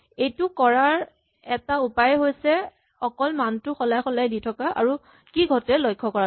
এইটো কৰাৰ এটা উপায় হৈছে অকল মানটো সলাই সলাই দি থকা আৰু কি ঘটে লক্ষ্য কৰাটো